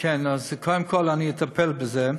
קודם כול, אני אטפל בזה,